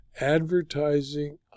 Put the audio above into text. advertising